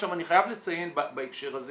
אני חייב לציין בהקשר הזה